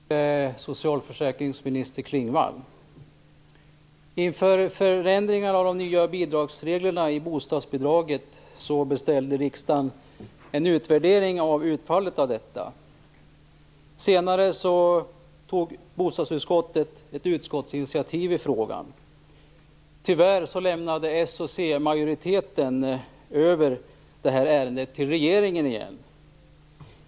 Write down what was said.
Fru talman! Jag har en fråga till socialförsäkringsminister Klingvall. Inför de senaste förändringarna av reglerna för bostadsbidraget beställde riksdagen en utvärdering av utfallet härav. Senare tog bostadsutskottet ett initiativ i frågan. Tyvärr lämnade s och c-majoriteten över detta ärende till regeringen igen.